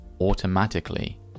automatically